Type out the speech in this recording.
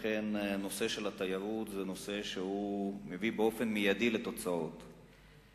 לכן, נושא התיירות זה נושא שמביא לתוצאות מיידיות.